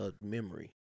memory